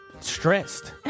Stressed